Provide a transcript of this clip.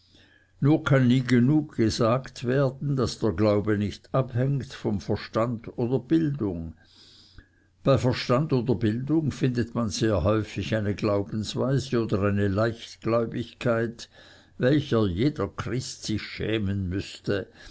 nur kann nie genug gesagt werden daß der glaube nicht abhängt von verstand oder bildung bei verstand oder bildung findet man sehr häufig eine glaubensweise oder eine leichtgläubigkeit welcher jeder christ sich schämen müßte